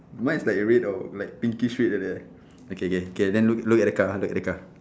mine is like red or like pinkish red like that okay okay okay then look look at the car look at the car